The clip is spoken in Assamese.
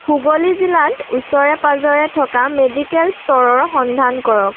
হুগ্লি জিলাত ওচৰে পাঁজৰে থকা মেডিকেল ষ্ট'ৰৰ সন্ধান কৰক